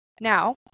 Now